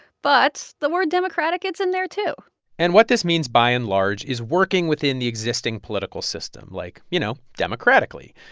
but the word democratic gets in there too and what this means by and large is working within the existing political system, like, you know, democratically.